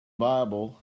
bible